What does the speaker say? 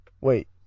wait